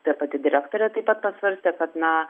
ta pati direktorė taip pat pasvarstė kad na